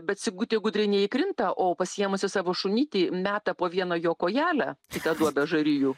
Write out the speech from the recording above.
bet sigutė gudriai neįkrinta o pasiėmusi savo šunytį meta po vieną jo kojelę į tą duobę žarijų